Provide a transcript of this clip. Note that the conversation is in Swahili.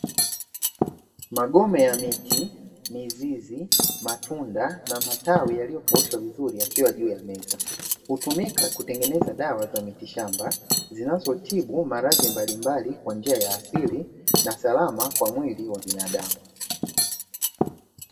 Magome ya miti, mizizi, matunda na matawi yaliyokaushwa vizuri yakiwa juu ya meza, hutumika kutengeneza dawa za mitishamba, zinazotibu maradhi mbalimbali kwa njia ya asili na salama kwa mwili wa binadamu.